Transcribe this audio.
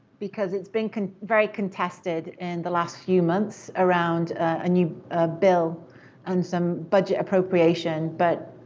because it's been very contested in the last few months around a new bill and some budget appropriation, but